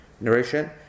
narration